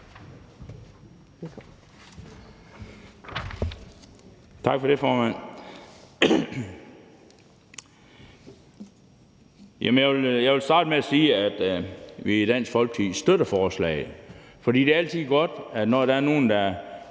Tak for det, formand. Jeg vil starte med at sige, at vi i Dansk Folkeparti støtter forslaget. For det er altid godt, at når der er nogle, der